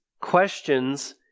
questions